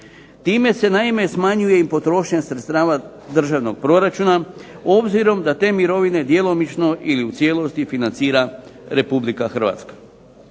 Time se naime smanjuje i potrošnja sredstava državnog proračuna, obzirom da te mirovine djelomično ili u cijelosti financira Republika Hrvatska.